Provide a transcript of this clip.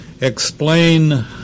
explain